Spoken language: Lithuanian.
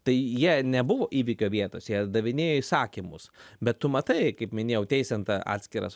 tai jie nebuvo įvykio vietose jie davinėjo įsakymus bet tu matai kaip minėjau teisiant atskiras